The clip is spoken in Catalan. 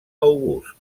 august